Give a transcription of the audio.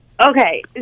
Okay